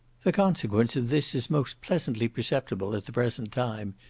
the consequence of this is most pleasantly perceptible at the present time,